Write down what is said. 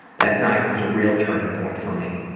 that night was a real turning point for me.